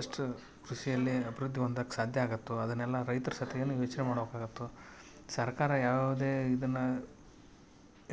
ಎಷ್ಟು ಕೃಷಿಯಲ್ಲಿ ಅಭಿವೃದ್ದಿ ಹೊಂದಕ್ ಸಾಧ್ಯ ಆಗುತ್ತೋ ಅದನ್ನೆಲ್ಲ ರೈತ್ರು ಸಹಿತನು ಯೋಚನೆ ಮಾಡ್ಬೇಕಾಗತ್ತೆ ಸರ್ಕಾರ ಯಾವುದೆ ಇದನ್ನು